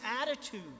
attitude